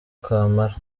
kamara